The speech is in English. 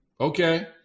Okay